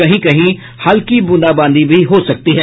कहीं कहीं हल्की ब्रंदाबांदी भी हो सकती है